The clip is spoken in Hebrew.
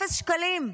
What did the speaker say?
אפס שקלים.